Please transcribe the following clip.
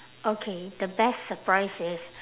okay the best surprise is